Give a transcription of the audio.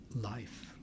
life